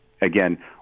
again